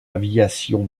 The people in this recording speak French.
aviation